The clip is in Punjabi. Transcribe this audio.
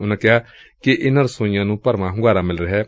ਉਨੂਾਂ ਕਿਹਾ ਕਿ ਇਨੂਾ ਰਸੋਈਆ ਨੂੰ ਭਰਵਾਂ ਹੁੰਗਾਰਾ ਮਿਲਿਆ ਰਿਹੈ